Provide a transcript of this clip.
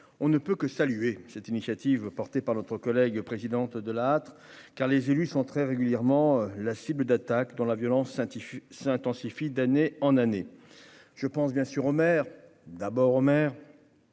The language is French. on ne peut que saluer cette initiative portée par notre collègue présidente Delattre, car les élus sont très régulièrement la cible d'attaques dans la violence intitule s'intensifie d'année en année je pense bien sûr aux maires d'abord Homer